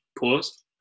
Pause